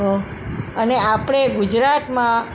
હોં અને આપણે ગુજરાતમાં